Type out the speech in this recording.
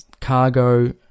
cargo